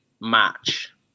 match